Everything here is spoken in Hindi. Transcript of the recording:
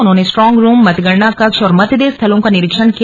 उन्होंने स्ट्रांग रूम मतगणना कक्ष और मतदेय स्थलों का निरीक्षण किया